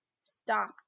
stop